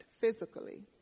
physically